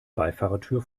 beifahrertür